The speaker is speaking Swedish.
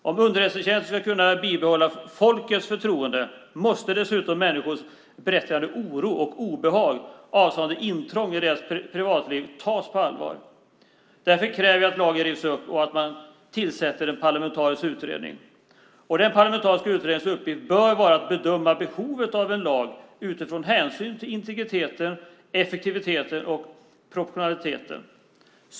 Om underrättelsetjänsten ska kunna behålla folkets förtroende måste dessutom människors berättigade oro och obehag avseende intrång i deras privatliv tas på allvar. Därför kräver vi att lagen rivs upp och att man tillsätter en parlamentarisk utredning. Denna utrednings uppgift bör vara att bedöma behovet av en lag utifrån hänsyn till integriteten, effektiviteten och proportionaliteten.